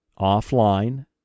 offline